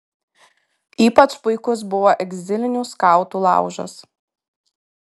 ypač puikus buvo egzilinių skautų laužas